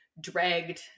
dragged